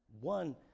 One